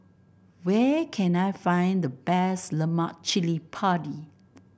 where can I find the best Lemak Cili Padi